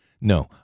No